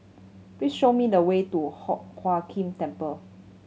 please show me the way to Hock Huat Keng Temple